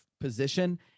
position